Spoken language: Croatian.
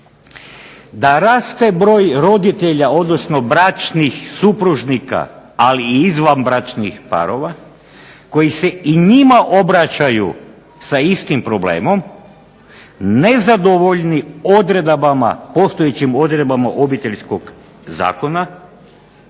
da raste broj roditelja, odnosno bračnih supružnika, ali i izvanbračnih parova koji se i njima obraćaju sa istim problemom nezadovoljni odredbama, postojećim odredbama Obiteljskog zakona